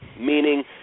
meaning